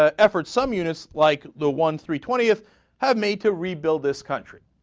ah efforts some units like the one three twentieth have made to rebuild this country